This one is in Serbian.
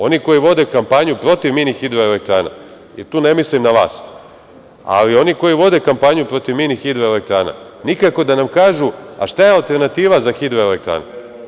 Oni koji vode kampanju protiv mini hidroelektrana, tu ne mislim na vas, ali oni koji vode kampanju protiv mini hidroelektrana, nikako da nam kažu, a šta je alternativa za hidroelektrane.